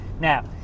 Now